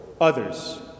others